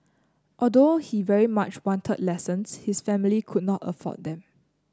although he very much wanted lessons his family could not afford them